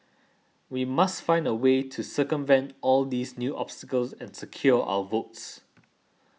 we must find a way to circumvent all these new obstacles and secure our votes